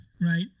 Right